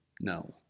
no